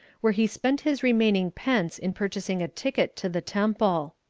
where he spent his remaining pence in purchasing a ticket to the temple.